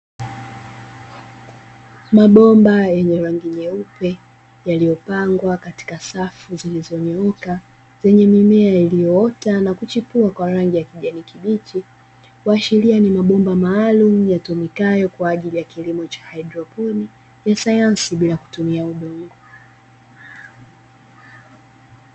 Mabomba yenye rangi nyeupe yaliyopangwa katika safu zilizonyooka zenye mimea iliyoota na kuchipua kwa rangi ya kijani kibichi, kuashiria ni mabomba maalumu yatumikayo kwa ajili ya kilimo cha haidroponi ya sayansi bila kutumia udongo.